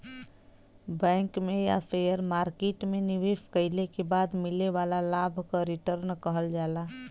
bank में या share market में निवेश कइले के बाद मिले वाला लाभ क रीटर्न कहल जाला